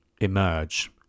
emerge